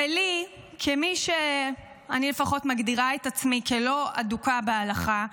ולי, כמי שלפחות מגדירה את עצמה כלא אדוקה בהלכה,